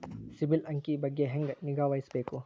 ಸಿಬಿಲ್ ಅಂಕಿ ಬಗ್ಗೆ ಹೆಂಗ್ ನಿಗಾವಹಿಸಬೇಕು?